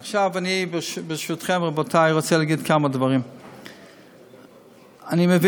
עכשיו, ברשותכם, רבותי, אני רוצה להגיד כמה דברים.